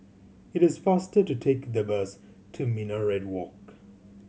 it is faster to take the bus to Minaret Walk